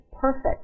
perfect